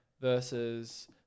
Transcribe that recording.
versus